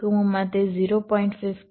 15 0